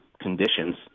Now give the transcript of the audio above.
conditions